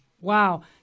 Wow